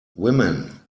women